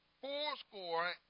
fourscore